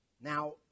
Now